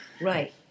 right